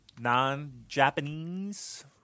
non-Japanese